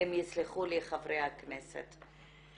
ויסלחו לי חברי הכנסת.